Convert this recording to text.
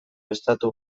estatu